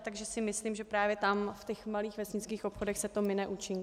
Takže si myslím, že právě tam, v malých vesnických obchodech, se to mine účinkem.